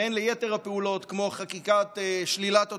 והן ביתר הפעולות, כמו חקיקת שלילת התושבות,